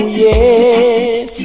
yes